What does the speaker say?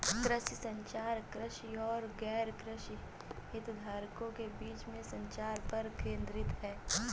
कृषि संचार, कृषि और गैरकृषि हितधारकों के बीच संचार पर केंद्रित है